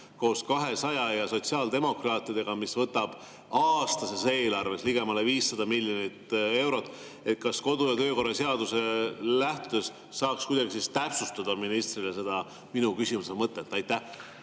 200 ja sotsiaaldemokraatidega, mis võtab aastases eelarves ligemale 500 miljonit eurot, siis kas kodu‑ ja töökorra seadusest lähtudes saaks kuidagi täpsustada ministrile seda minu küsimuse mõtet? Jaa,